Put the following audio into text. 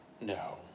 No